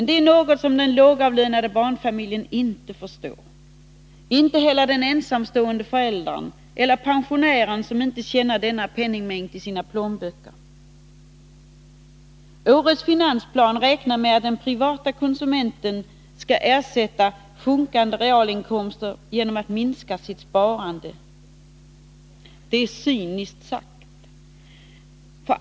Det är något som den lågavlönade barnfamiljen inte förstår och inte heller den ensamstående föräldern eller pensionären, som inte känner denna penningmängd i sina plånböcker. I årets finansplan räknar man med att den privata konsumenten skall ersätta sjunkande realinkomster genom att minska sitt sparande. Det är cyniskt sagt.